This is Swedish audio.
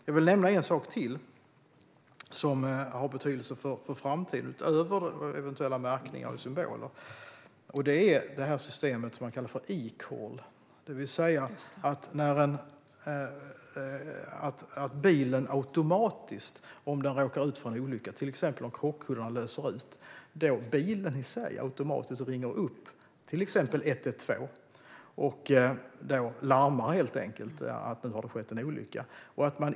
Jag vill nämna en sak till som har betydelse för framtiden utöver eventuella märkningar och symboler. Det är systemet som man kallar för Ecall, alltså att bilen automatiskt, om den råkar ut för en olycka och krockkuddarna till exempel löser ut, ringer upp till exempel 112 och larmar om att det har skett en olycka.